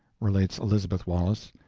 relates elizabeth wallace.